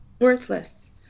Worthless